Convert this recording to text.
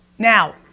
Now